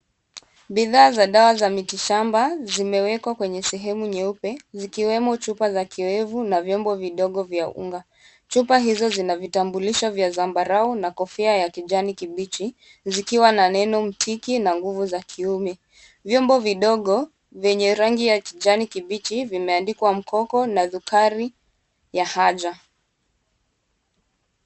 Bidhaa za dawa za miti shamba zimewekwa kwenye sehemu nyeupe, zikiwemo chupa za kiwevu na vyombo vidogo vya unga. Chupa hizo zina vitambulisho vya zambarau na kofia ya kijani kibichi, zikiwa na neno Mtiki na nguvu za kiume. Vyombo vidogo vyenye rangi ya kijani kibichi vimeandikwa Mkoko na Dhukari ya haja.